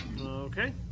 Okay